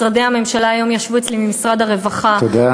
משרדי הממשלה, היום ישבו אצלי ממשרד הרווחה, תודה.